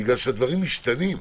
בגלל שהדברים משתנים,